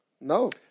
No